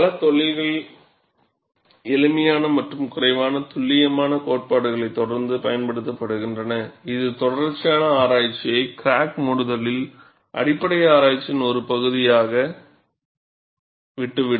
பல தொழில்கள் எளிமையான மற்றும் குறைவான துல்லியமான கோட்பாடுகளை தொடர்ந்து பயன்படுத்துகின்றன இது தொடர்ச்சியான ஆராய்ச்சியை கிராக் மூடுதலில் அடிப்படை ஆராய்ச்சியின் ஒரு பகுதியாக விட்டுவிடும்